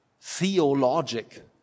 theologic